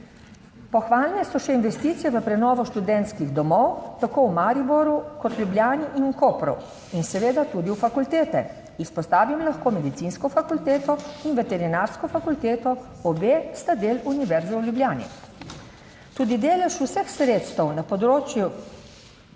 Pohvalne so še investicije v prenovo študentskih domov tako v Mariboru kot v Ljubljani in v Kopru in seveda tudi v fakultete. Izpostavim lahko Medicinsko fakulteto in Veterinarsko fakulteto, obe sta del Univerze v Ljubljani. Tudi delež vseh sredstev na področju